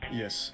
yes